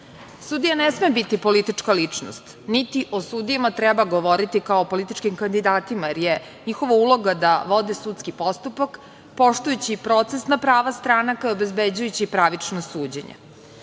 zakona. Sudija ne sme biti politička ličnost, niti o sudijama treba govoriti kao političkim kandidatima, jer je njihova uloga da vode sudski postupak, poštujući procesna prava stranaka i obezbeđujući pravičnost